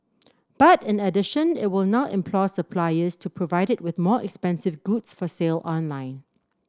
but in addition it will now implore suppliers to provide it with more expensive goods for sale online